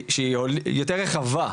שהיא יותר רחבה,